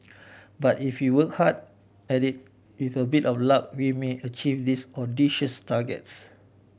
but if we work hard at it with a bit of luck we may achieve these audacious targets